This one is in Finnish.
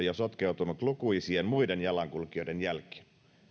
jo sotkeutunut lukuisien muiden jalankulkijoiden jälkiin